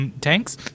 tanks